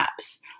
apps